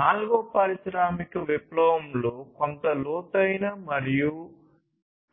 నాల్గవ పారిశ్రామిక విప్లవంలో కొంత లోతైన మరియు